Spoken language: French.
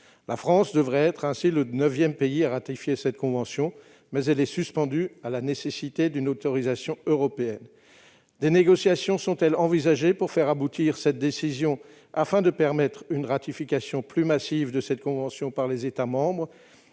La France devrait être le neuvième pays à ratifier cette convention, mais cette ratification est suspendue dans l'attente d'une nécessaire autorisation européenne. Des négociations sont-elles envisagées pour faire aboutir cette décision, afin de permettre une ratification plus massive de cette convention par les États membres ?